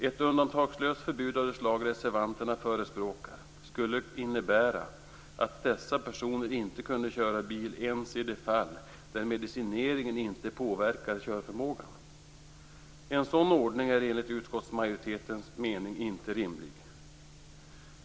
Ett undantagslöst förbud av det slag reservanterna förespråkar skulle innebära att dessa personer inte kunde köra bil ens i de fall där medicineringen inte påverkar körförmågan. En sådan ordning är enligt utskottsmajoritetens mening inte rimlig.